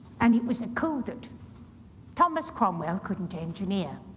and it was a coup that thomas cromwell couldn't engineer.